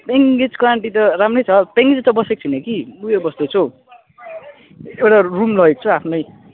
पेयिङगेस्टको aunty त राम्रो छ पेयिङ गेस्ट त बसेको छुइनँ कि उयो बस्दैछु एउटा रुम लिएको छु आफ्नै